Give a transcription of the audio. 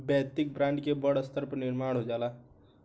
वैयक्तिक ब्रांड के बड़ स्तर पर निर्माण हो जाला